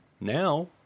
now